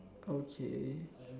okay